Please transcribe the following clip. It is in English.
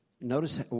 Notice